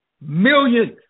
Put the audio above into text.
Millions